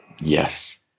Yes